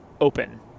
open